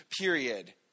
period